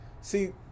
See